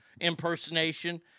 impersonation